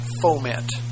foment